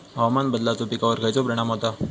हवामान बदलाचो पिकावर खयचो परिणाम होता?